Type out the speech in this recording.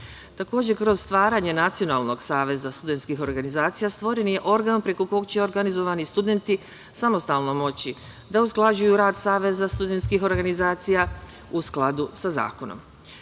kroz stvaranje Nacionalnog saveza studentskih organizacija stvoren je organ preko kog će organizovani studenti samostalno moći da usklađuju rad saveza studentskih organizacija u skladu sa zakonom. Ovaj